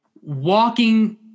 walking